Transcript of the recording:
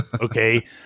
Okay